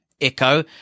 Echo